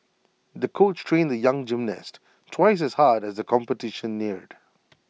the coach trained the young gymnast twice as hard as the competition neared